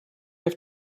have